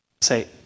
say